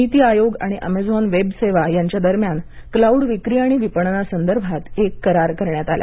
नीती आयोग आणि Amazon web सेवा यांच्यादरम्यान क्लाऊड विक्री आणि विपणना संदर्भात एक करार करण्यात आला